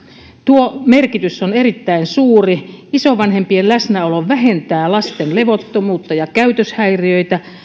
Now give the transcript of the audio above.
tuo merkitys on erittäin suuri isovanhempien läsnäolo vähentää lasten levottomuutta ja käytöshäiriöitä